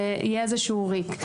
ויהיה איזשהו ריק.